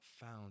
found